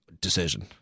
decision